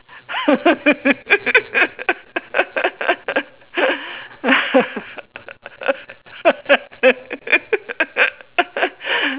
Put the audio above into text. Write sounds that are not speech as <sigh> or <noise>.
<laughs>